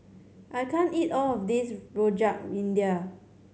I can't eat all of this Rojak India